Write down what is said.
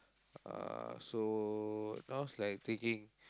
uh so now's like thinking